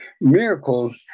Miracles